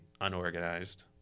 unorganized